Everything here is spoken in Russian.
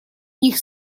них